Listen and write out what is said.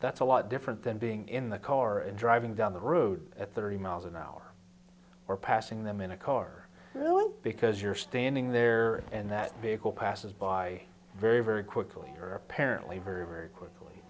that's a lot different than being in the car and driving down the road at thirty miles an hour or passing them in a car because you're standing there and that vehicle passes by very very quickly or apparently very very quickly